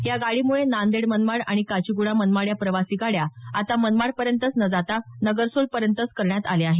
या गाडीमुळे नांदेड मनमाड आणि काचिगुडा मनमाड या प्रवासी गाड्या आता मनमाडपर्यंत न जाता नगरसोलपर्यंतच करण्यात आल्या आहेत